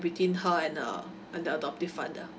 between her and uh and the adoptive father